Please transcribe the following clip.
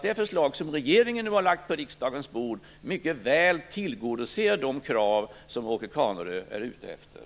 Det förslag som regeringen nu har lagt på riksdagens bord tillgodoser mycket väl de krav som Åke Carnerö ställer.